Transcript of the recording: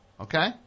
okay